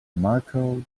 marko